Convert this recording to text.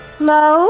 Hello